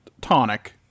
Tonic